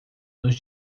nos